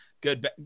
good